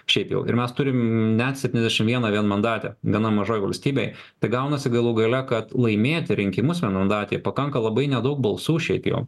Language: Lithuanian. šiaip jau ir mes turim net septyniasdešim vieną vienmandatę gana mažoj valstybėj tai gaunasi galų gale kad laimėti rinkimus vienmandatėj pakanka labai nedaug balsų šiaip jau